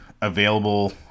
available